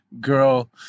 Girl